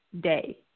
day